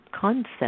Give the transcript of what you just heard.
concept